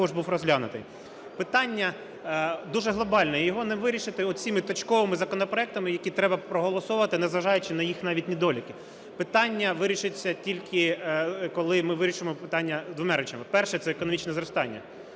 Питання дуже глобальне, його не вирішити оцими точковими законопроектами, які треба проголосувати, незважаючи на їх навіть недоліки. Питання вирішиться тільки, коли ми вирішимо питання двома речами. Перше – це економічне зростання.